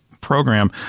program